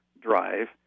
Drive